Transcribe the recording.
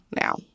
now